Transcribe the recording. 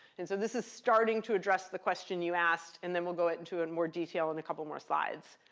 and so this is starting to address the question you asked, and then we'll go it into and more detail in a couple more slides.